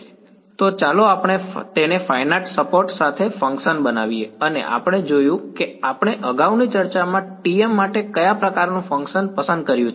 તો ચાલો આપણે તેને ફાઈનાઈટ સપોર્ટ સાથે ફંક્શન બનાવીએ અને આપણે જોયું કે આપણે અગાઉની ચર્ચામાં Tm માટે કયા પ્રકારનું ફંક્શન પસંદ કર્યું છે